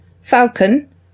Falcon